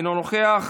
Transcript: אינו נוכח,